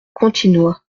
continua